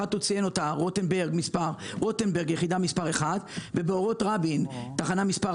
אחת זאת תחנת רוטנברג 1 ובאורות רבין תחנה מס'